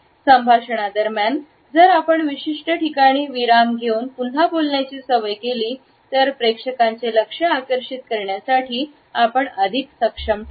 संभाषण दरम्यान जर आपण विशिष्ट ठिकाणी विराम घेऊन पुन्हा बोलण्याची सवय केली तर प्रेक्षकांचे लक्ष आकर्षित करण्यासाठी अधिक सक्षम होतो